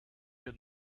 had